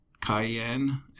cayenne